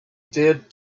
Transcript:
did